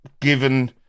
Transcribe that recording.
given